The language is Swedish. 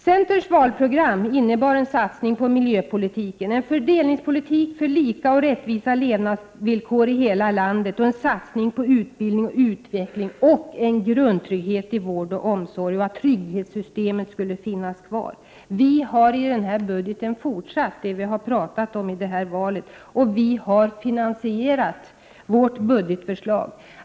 Centerns valprogram innebar en satsning på miljöpolitiken, på en fördelningspolitik för lika och rättvisa levnadsvillkor i hela landet, på utbildning och utveckling, på en grundtrygghet i vård och omsorg och på att trygghetssystemet skulle finnas kvar. Vi har i budgeten fortsatt med det vi talade om i valrörelsen, och vi har finansierat vårt budgetförslag.